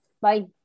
Bye